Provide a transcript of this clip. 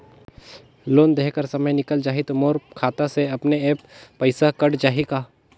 Loan देहे कर समय निकल जाही तो मोर खाता से अपने एप्प पइसा कट जाही का?